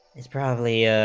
is probably ah